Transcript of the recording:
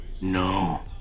No